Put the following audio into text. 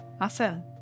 Awesome